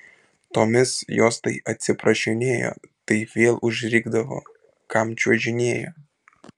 tomis jos tai atsiprašinėjo tai vėl užrikdavo kam čiuožinėjo